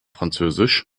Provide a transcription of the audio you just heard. französisch